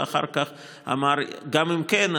ואחר כך אמר: גם אם כן,